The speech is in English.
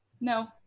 No